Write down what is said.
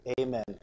Amen